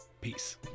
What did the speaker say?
Peace